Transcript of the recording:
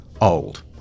old